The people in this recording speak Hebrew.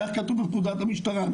כך כתוב בפקודת המשטרה,